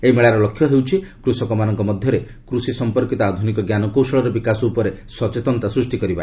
ଏହି ମେଳାର ଲକ୍ଷ୍ୟ ହେଉଛି କୃଷକମାନଙ୍କ ମଧ୍ୟରେ କୃଷି ସମ୍ପର୍କିତ ଆଧୁନିକ ଜ୍ଞାନକୌଶଳର ବିକାଶ ଉପରେ ସଚେତନତା ସୃଷ୍ଟି କରିବା